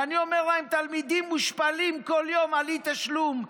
ואני אומר להם: תלמידים מושפלים כל יום על אי-תשלום,